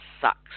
Sucks